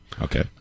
Okay